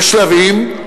בשלבים,